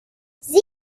sie